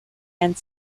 and